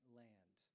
land